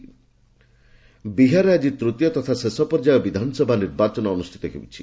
Bihar election ବିହାରରେ ଆଜି ତୃତୀୟ ତଥା ଶେଷ ପର୍ଯ୍ୟାୟ ବିଧାନସଭା ନିର୍ବାଚନ ଅନୁଷ୍ଠିତ ହେଉଛି